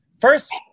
First